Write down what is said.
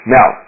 Now